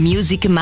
Music